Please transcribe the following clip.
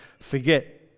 forget